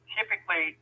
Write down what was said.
Typically